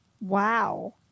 Wow